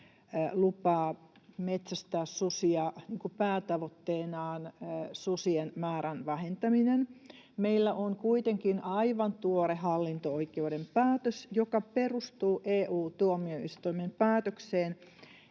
lupaa metsästää susia päätavoitteena susien määrän vähentäminen. Meillä on kuitenkin aivan tuore hallinto-oikeuden päätös, joka perustuu EU-tuomioistuimen päätökseen,